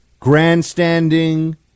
grandstanding